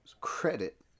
credit